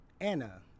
anna